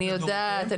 אני יודעת.